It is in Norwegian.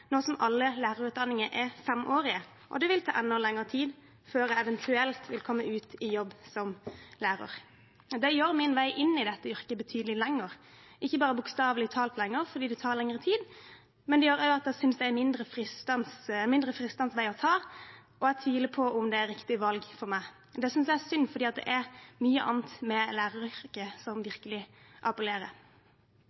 nå som alle lærerutdanninger er femårige, og det vil ta enda lengre tid før jeg eventuelt vil komme ut i jobb som lærer. Det gjør min vei inn i dette yrket betydelig lengre, ikke bare bokstavelig talt fordi det tar lengre tid, det gjør det også til en mindre fristende vei å ta, og jeg tviler på om det er riktig valg for meg. Det synes jeg er synd, for det er mye annet med læreryrket som